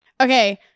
Okay